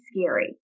scary